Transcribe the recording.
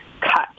cut